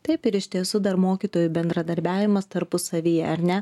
taip ir iš tiesų dar mokytojų bendradarbiavimas tarpusavyje ar ne